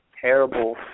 terrible